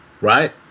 Right